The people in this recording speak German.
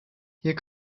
hier